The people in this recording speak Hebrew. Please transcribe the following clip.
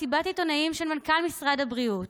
מסיבות העיתונאים של מנכ"ל משרד הבריאות